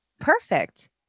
Perfect